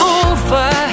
over